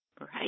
Right